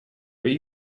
are